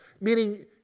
meaning